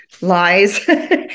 lies